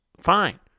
Fine